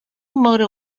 motto